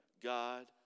God